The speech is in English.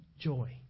joy